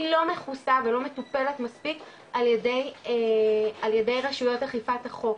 היא לא מכוסה ולא מטופלת מספיק על ידי רשויות אכיפת החוק,